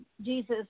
Jesus